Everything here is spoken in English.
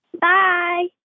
Bye